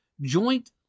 joint